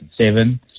Seven